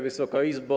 Wysoka Izbo!